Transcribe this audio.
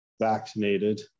vaccinated